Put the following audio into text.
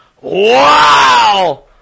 Wow